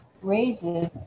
raises